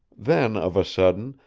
then, of a sudden,